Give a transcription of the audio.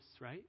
right